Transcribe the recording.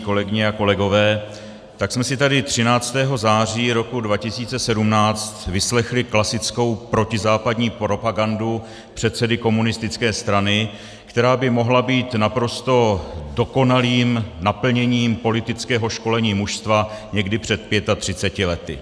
Kolegyně a kolegové, tak jsme si tady 13. září roku 2017 vyslechli klasickou protizápadní propagandu předsedy komunistické strany, která by mohla být naprosto dokonalým naplněním politického školení mužstva někdy před 35 lety.